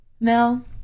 Mel